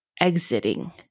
exiting